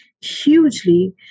hugely